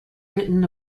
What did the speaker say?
written